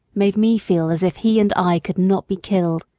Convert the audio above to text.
made me feel as if he and i could not be killed.